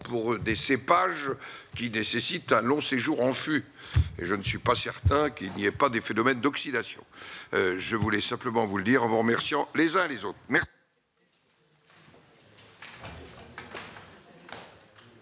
pour des cépages qui nécessite un long séjour en feu, je ne suis pas certain qu'il n'y ait pas de phénomène d'oxydation, je voulais simplement vous le dire en vous remerciant les uns les autres merci.